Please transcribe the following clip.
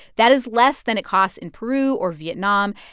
that is less than it costs in peru or vietnam,